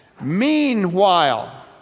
Meanwhile